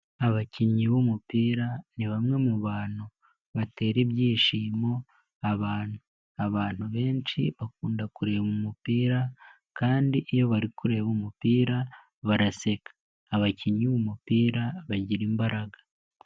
Abakinnyi b'umupira ni bamwe mubantu batera ibyishimo abantu. Abantu benshi bakunda kureba umupira, kandi iyo bari kureba umupira baraseka. Abakinnyi b'umupira bagira imbaraga.